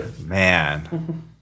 Man